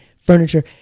furniture